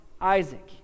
Isaac